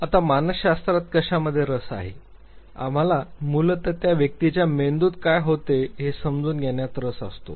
आता मानसशास्त्रात कशामध्ये रस आहे आम्हाला मूलतः त्या व्यक्तीच्या मेंदूत काय होते हे समजून घेण्यात रस असतो